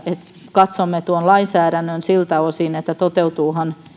katsomme tuon lainsäädännön siltä osin että toteutuuhan